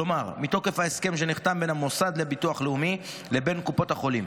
כלומר מתוקף ההסכם שנחתם בין המוסד לביטוח לאומי לבין קופות החולים.